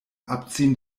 abziehen